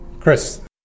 Chris